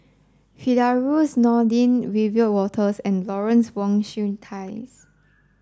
Firdaus Nordin Wiebe Wolters and Lawrence Wong Shyun Tsai